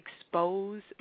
expose